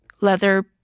leather